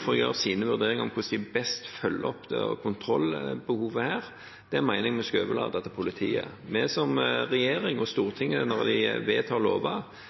hvordan en best følger opp kontrollbehovet her, mener jeg vi skal overlate til politiet. Vi som regjering, og Stortinget, når de vedtar